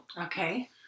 Okay